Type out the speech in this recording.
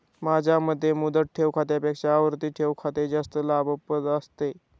माझ्या मते मुदत ठेव खात्यापेक्षा आवर्ती ठेव खाते जास्त लाभप्रद असतं